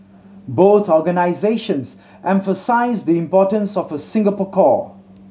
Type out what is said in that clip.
both organisations emphasise the importance of a Singapore core